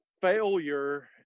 failure